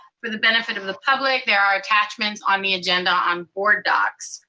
for the benefit of the public. there are attachments on the agenda on board docs.